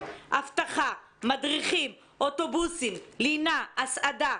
אבטחה, מדריכים, אוטובוסים, לינה, הסעדה.